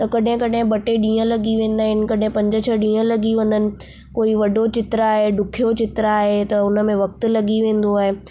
त कॾहिं कॾहिं ॿ टे ॾींहं लॻी वेंदा आहिनि कॾहिं पंज छ्ह ॾींहं लॻी वञनि कोई वॾो चित्र आहे ॾुखियो चित्र आहे त उनमें वक़्तु लॻी वेंदो आहे